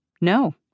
No